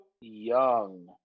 Young